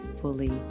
fully